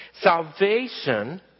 Salvation